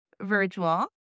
virtual